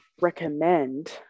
recommend